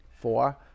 Four